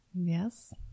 Yes